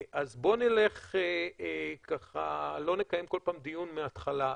אז בוא לא נקיים כל פעם דיון מהתחלה.